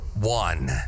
One